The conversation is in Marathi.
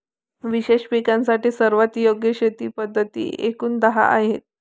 विशेष पिकांसाठी सर्वात योग्य शेती पद्धती एकूण दहा आहेत